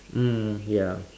mm ya